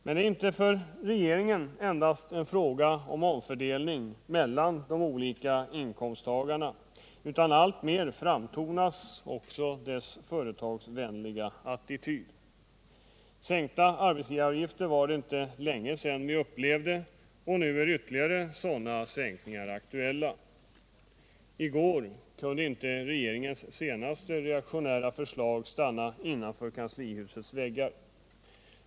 Men för regeringen är det inte endast en fråga om omfördelning mellan de olika inkomsttagarna, utan alltmer framtonas också dess företagsvänliga attityd. Sänkta arbetsgivaravgifter var det inte länge sedan vi upplevde, och nu är ytterligare sådana sänkningar aktuella. I går kunde inte regeringens senaste reaktionära förslag stanna innanför kanslihusets väggar.